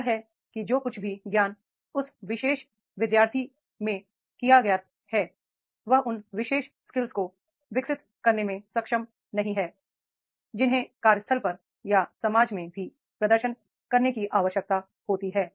यह है कि जो कुछ भी ज्ञान उस विशेष शिक्षार्थी में किया गया है वह उन विशेष कौशल को विकसित करने में सक्षम नहीं है जिन्हें कार्यस्थल पर या समाज में भी प्रदर्शन करने की आवश्यकता होती है